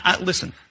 Listen